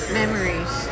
memories